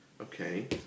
Okay